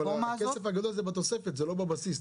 אבל הכסף הגדול זה בתוספת, זה לא בבסיס.